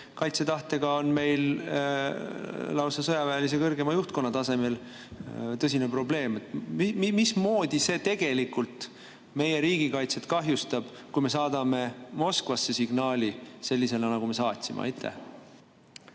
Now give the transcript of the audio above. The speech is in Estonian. kaitsetahtega on meil lausa kõrgema sõjaväelise juhtkonna tasemel tõsine probleem. Mismoodi see tegelikult meie riigikaitset kahjustab, kui me saadame Moskvasse sellise signaali, nagu me saatsime?